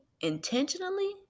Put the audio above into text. intentionally